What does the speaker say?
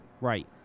Right